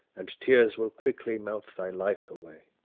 and tears will quickly melt thy life away.